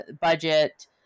budget